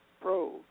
Pro